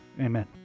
Amen